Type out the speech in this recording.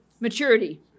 Maturity